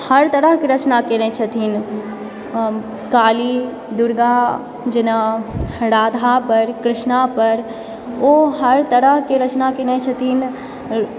हर तरहकेँ रचना केनय छथिन काली दुर्गा जेना राधापर कृष्णा र ओ हर तरहके रचना केनय छथिन